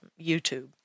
YouTube